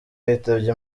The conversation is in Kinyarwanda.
yitabye